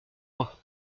moi